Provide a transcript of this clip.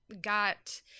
got